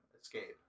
Escape